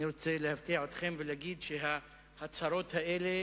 אני רוצה להפתיע אתכם ולהגיד שההצהרות האלה